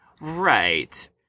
Right